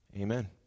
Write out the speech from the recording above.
Amen